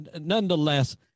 nonetheless